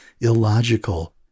illogical